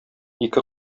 ике